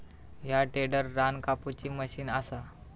ह्या टेडर रान कापुची मशीन असा